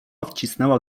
wcisnęła